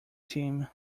team